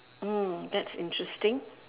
mm that's interesting